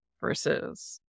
versus